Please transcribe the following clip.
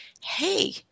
hey